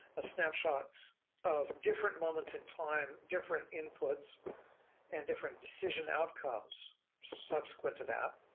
a snapshot of different moments in time, different inputs and different decision outcomes subsequent to that,